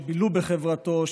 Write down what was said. שבילו בחברתו,